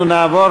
אנחנו נעבור